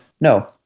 No